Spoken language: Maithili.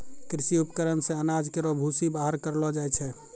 कृषि उपकरण से अनाज केरो भूसी बाहर करलो जाय छै